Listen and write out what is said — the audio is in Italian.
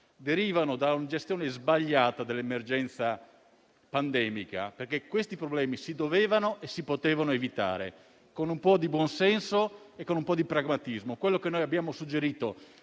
deriva da una gestione sbagliata dell'emergenza pandemica. Questi problemi si dovevano e si potevano evitare con un po' di buon senso e pragmatismo, come abbiamo suggerito